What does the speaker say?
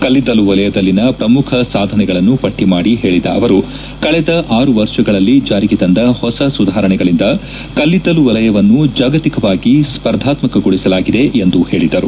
ಕಲ್ಲಿದ್ದಲು ವಲಯದಲ್ಲಿನ ಪ್ರಮುಖ ಸಾಧನೆಗಳನ್ನು ಪಟ್ಷ ಮಾಡಿ ಹೇಳದ ಅವರು ಕಳೆದ ಆರು ವರ್ಷಗಳಲ್ಲಿ ಜಾರಿಗೆ ತಂದ ಹೊಸ ಸುಧಾರಣೆಗಳಿಂದ ಕಲ್ಲಿದ್ದಲು ವಲಯವನ್ನು ಜಾಗತಿಕವಾಗಿ ಸ್ಪರ್ಧಾತ್ಕಗೊಳಿಸಲಾಗಿದೆ ಎಂದು ಹೇಳಿದರು